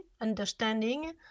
understanding